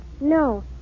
No